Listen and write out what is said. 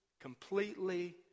completely